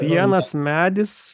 vienas medis